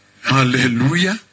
hallelujah